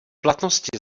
platnosti